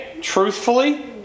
Truthfully